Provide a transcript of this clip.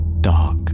dark